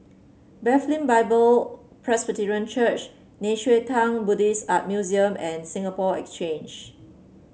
Bethlehem Bible Presbyterian Church Nei Xue Tang Buddhist Art Museum and Singapore Exchange